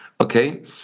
Okay